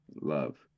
love